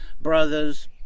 brothers